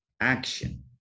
action